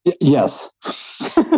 Yes